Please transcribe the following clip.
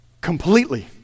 completely